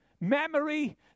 memory